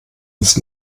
ist